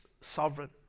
sovereign